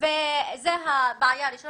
זו הבעיה הראשונה.